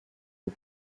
aux